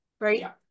right